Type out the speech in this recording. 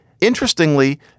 interestingly